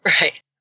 Right